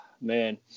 man